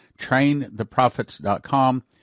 traintheprophets.com